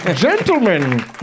Gentlemen